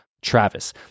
Travis